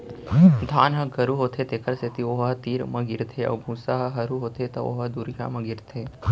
धान ह गरू होथे तेखर सेती ओ ह तीर म गिरथे अउ भूसा ह हरू होथे त ओ ह दुरिहा म गिरथे